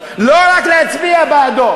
לא רק להצביע בעד.